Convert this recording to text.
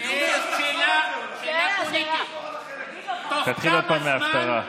תתחיל עוד פעם מההפטרה.